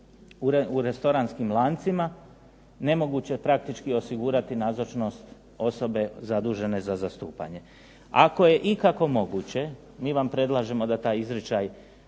u restoranskim lancima nemoguće praktički osigurati nazočnost osobe zadužene za zastupanje. Ako je ikako moguće mi vam predlažemo da taj izričaj